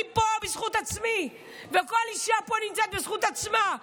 אני פה בזכות עצמי, וכל אישה פה נמצאת בזכות עצמה.